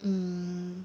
mm